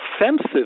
offensive